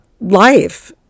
life